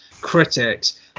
critics